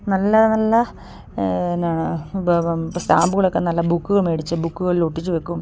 നല്ല നല്ല എന്താണ് സ്റ്റാമ്പുകളൊക്കെ നല്ല ബുക്ക് മേടിച്ച് ബുക്കുകളിൽ ഒട്ടിച്ച് വെക്കും